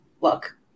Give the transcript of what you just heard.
look